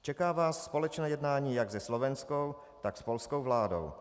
Čeká vás společné jednání jak se slovenskou, tak s polskou vládou.